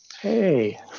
hey